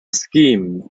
scheme